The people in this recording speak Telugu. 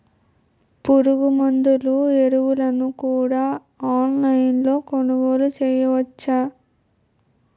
పురుగుమందులు ఎరువులను కూడా ఆన్లైన్ లొ కొనుగోలు చేయవచ్చా?